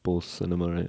post cinema right